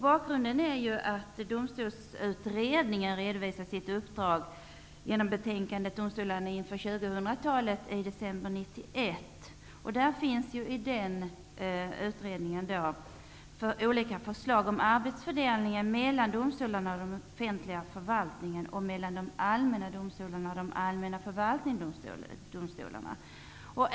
Bakgrunden är att Domstolsutredningen i december 1991 redovisade sitt uppdrag genom betänkandet Domstolarna inför 2000-talet. Där finns olika förslag om arbetsfördelningen mellan domstolarna och den offentliga förvaltningen samt mellan de allmänna domstolarna och de allmänna förvaltningsdomstolarna.